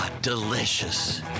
delicious